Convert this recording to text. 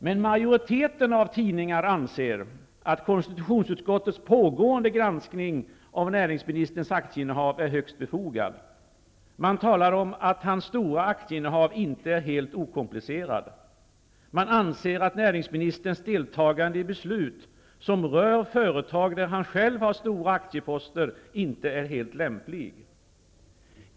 Men majoriteten av tidningar anser att KU:s pågående granskning av näringsministerns aktieinnehav är högst befogad. Man talar om att hans stora aktieinnehav inte är helt okomplicerat. Man anser att näringsministerns deltagande i beslut som rör företag där han själv har stora aktieposter inte är helt lämpligt.